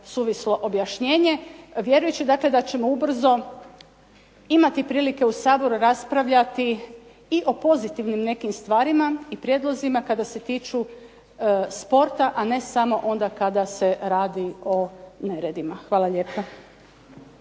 suvislo objašnjenje vjerujući dakle da ćemo ubrzo imati prilike u Saboru raspravljati i o pozitivnim nekim stvarima i prijedlozima kada se tiču sporta, a ne samo onda kada se radi o neredima. Hvala lijepa.